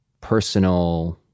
personal